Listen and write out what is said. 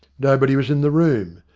nobody was in the room,